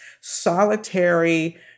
solitary